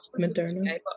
Moderna